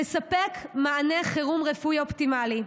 הוא לספק מענה חירום רפואי אופטימלי.